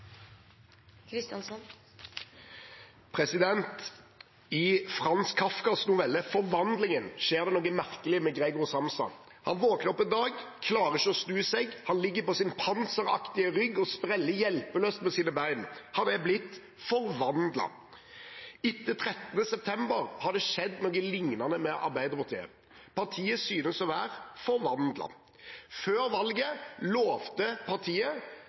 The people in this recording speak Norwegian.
hovedspørsmål. I Franz Kafkas novelle «Forvandlingen» skjer det noe merkelig med Gregor Samsa. Han våkner opp en dag, klarer ikke å snu seg, han ligger på sin panseraktige rygg og spreller hjelpeløst med beina sine. Han er blitt forvandlet. Etter 13. september har det skjedd noe lignende med Arbeiderpartiet. Partiet synes å være forvandlet. Før valget lovte partiet